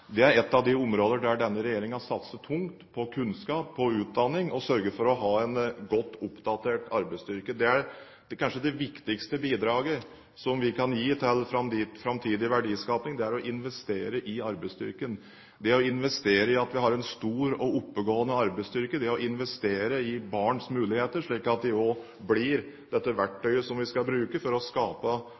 Det er et av de områder der denne regjeringen satser tungt, på kunnskap, på utdanning – å sørge for å ha en godt oppdatert arbeidsstyrke. Kanskje det viktigste bidraget som vi kan gi til framtidig verdiskaping, er å investere i arbeidsstyrken – å investere i å ha en stor og oppegående arbeidsstyrke, å investere i barns muligheter. Slik kan de bli det verktøyet som vi skal bruke for å skape